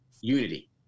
unity